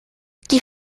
die